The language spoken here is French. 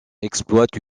exploite